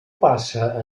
passa